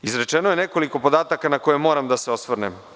Izrečeno je nekoliko podataka na koja moram da se osvrnem.